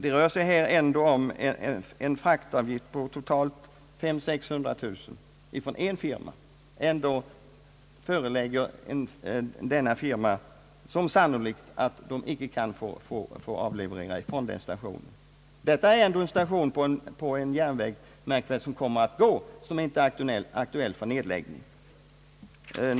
Det rör sig här ändå om en fraktavgift på toltat mellan 500 000 och 600 000 kronor från en firma, och ändå meddelar man denna firma att den inte kan få leverera sina varor från denna station. Detta Ang. nedläggningen av järnvägsstationer är ändå en station — märk väl — på en järnväg som inte är aktuell för nedläggning.